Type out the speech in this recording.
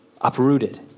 uprooted